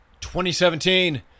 2017